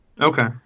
Okay